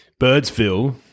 Birdsville